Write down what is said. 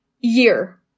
year